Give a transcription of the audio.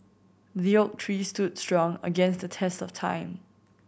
the oak tree stood strong against the test of time